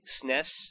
SNES